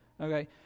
okay